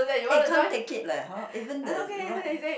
eh can't take it leh hor even the ride